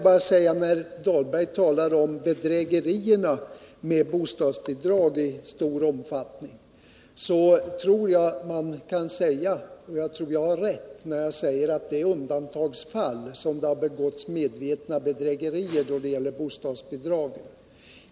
När Roif Dahlberg talar om bedrägerier i stor omfattning i samband med bostadsbidrag vill jag säga — och jag tror att jag har rätt — att det är i undantagsfall som det i det sammanhanget har begåtts medvetna bedrägerier.